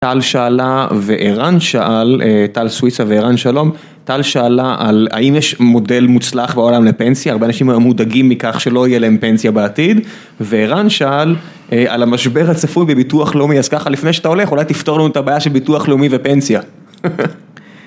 טל שאלה וערן שאל, טל סוויסה וערן שלום, טל שאלה על האם יש מודל מוצלח בעולם לפנסיה, הרבה אנשים היו מודאגים מכך שלא יהיה להם פנסיה בעתיד וערן שאל על המשבר הצפוי בביטוח לאומי אז ככה לפני שאתה הולך אולי תפתור לנו את הבעיה של ביטוח לאומי ופנסיה